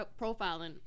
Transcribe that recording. profiling